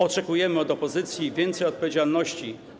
Oczekujemy od opozycji więcej odpowiedzialności.